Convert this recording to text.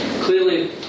clearly